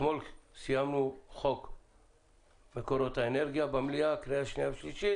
אתמול סיימנו חוק מקורות האנרגיה שעלה למליאה לקריאה שנייה ושלישית